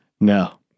No